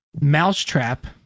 Mousetrap